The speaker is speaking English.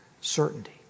certainty